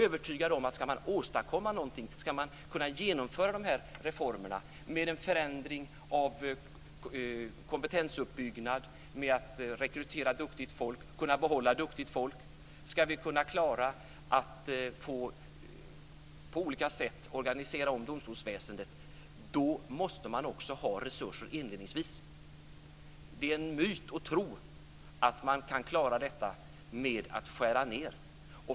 Ska man kunna åstadkomma något och genomföra reformerna med en förändring av kompetensuppbyggnad, att rekrytera duktigt folk och kunna behålla duktigt folk, och klara av att på olika sätt organisera om domstolsväsendet, måste man också inledningsvis ha resurser. Det är en myt att tro att man kan klara detta med att skära ned.